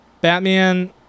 Batman